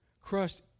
Crushed